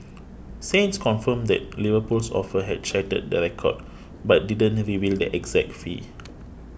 saints confirmed that Liverpool's offer had shattered the record but didn't reveal the exact fee